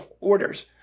orders